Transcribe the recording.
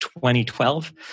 2012